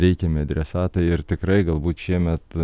reikiami adresatai ir tikrai galbūt šiemet